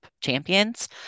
champions